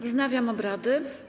Wznawiam obrady.